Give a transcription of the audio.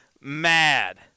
mad